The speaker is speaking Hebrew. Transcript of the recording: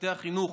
צוותי החינוך